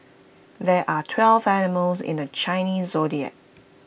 there are twelve animals in the Chinese Zodiac